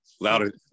louder